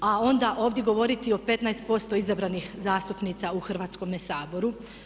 A onda ovdje govoriti o 15% izabranih zastupnica u Hrvatskome saboru.